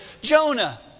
Jonah